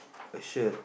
a shirt